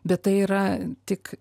bet tai yra tik